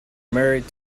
married